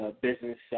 business